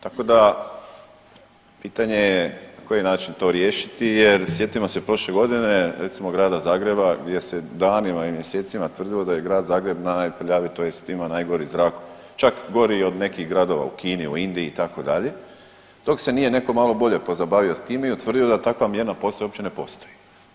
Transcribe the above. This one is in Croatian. Tako da pitanje je na koji način to riješiti jer sjetimo se prošle godine recimo Grada Zagreba gdje se danima i mjesecima tvrdilo da je Grad Zagreb najprljaviji tj. ima najgori zrak čak gori i od nekih gradova u Kini, u Indiji itd., dok se nije netko malo bolje pozabavio time i utvrdio da takva mjerna postaja uopće ne postoji.